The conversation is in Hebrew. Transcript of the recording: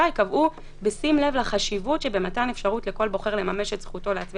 יקבעו בשים לב לחשיבות שבמתן אפשרות לכל בוחר לממש את זכותו להצביע